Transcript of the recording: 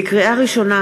לקריאה ראשונה,